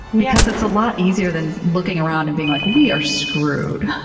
yeah cause it's a lot easier than looking around and being like, we are screwed.